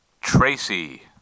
Tracy